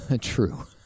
true